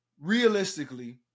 realistically